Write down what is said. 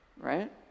Right